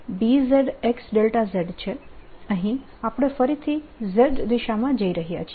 dl માં Bzxz છે અહીં આપણે ફરીથી Z દિશામાં જઈ રહ્યા છીએ